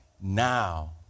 now